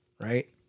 right